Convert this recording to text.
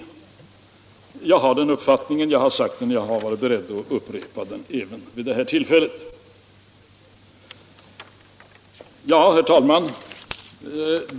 Jag har den uppfattningen, jag har deklarerat den förut och jag har varit beredd att upprepa den även vid det här tillfället. Herr talman!